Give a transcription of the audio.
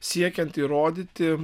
siekiant įrodyti